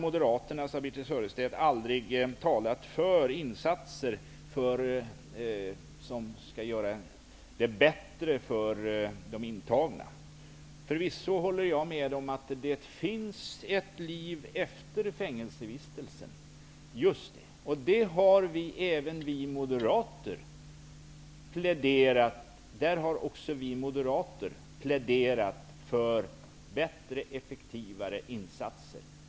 Moderaterna har aldrig, sade Birthe Sörestedt, talat för insatser som skall göra det bättre för de intagna. Förvisso håller jag med om att det finns ett liv efter fängelsevistelsen. Just det. Även vi moderater har pläderat för bättre och effektivare insatser i det avseendet.